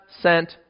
sent